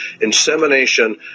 insemination